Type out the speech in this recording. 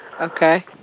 Okay